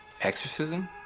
exorcism